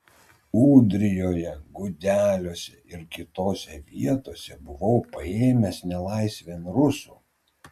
ūdrijoje gudeliuose ir kitose vietose buvau paėmęs nelaisvėn rusų